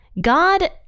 God